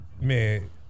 man